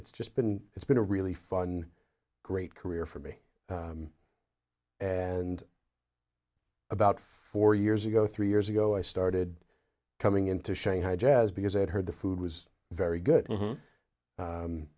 it's just been it's been a really fun great career for me and about four years ago three years ago i started coming into shanghai jazz because i had heard the food was very good